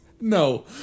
No